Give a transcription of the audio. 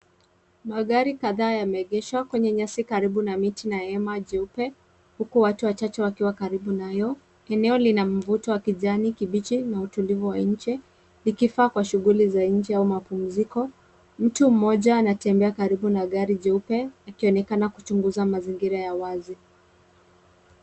Magari kataa yameegeshwa kwenye nyasi karibu na miti na hema jeupe huku watu wachache wakiwa karibu nayo, eneo lina mvuto wa kijani kibichi na utulivu wa njee likivaa kwa shughuli za nje au mapumziko. Mtu mmoja anatembea karibu na gari jeupe akionekana kuchunguza mazingira ya wazi.